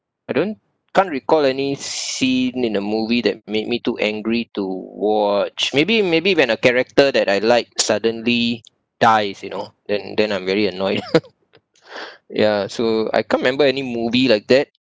I don't can't recall any scene in a movie that made me too angry to watch maybe maybe when a character that I like suddenly dies you know then then I'm very annoyed ya so I can't remember any movie like that